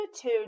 two